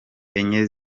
enye